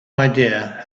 idea